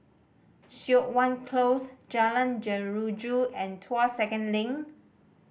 Siok Wan Close Jalan Jeruju and Tuas Second Link